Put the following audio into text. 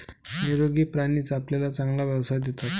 निरोगी प्राणीच आपल्याला चांगला व्यवसाय देतात